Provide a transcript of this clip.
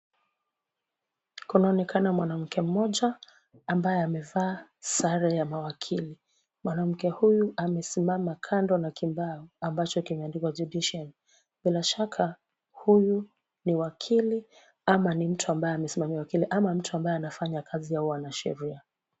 Kunaonekana mwanamke mmoja ambaye amevaa sare ya mawakili. Mwanamke huyu amesimama kando na kibao ambacho kimeandikwa judiciary . Bila shaka huyu ni wakili ama ni mtu ambaye anafanya kazi ya uanasheria.